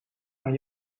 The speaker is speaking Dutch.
aan